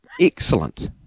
Excellent